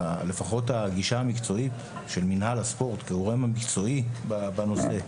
לפחות בגישה המקצועית של מינהל הספורט כגורם המקצועי בנושא,